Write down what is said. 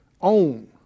own